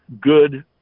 good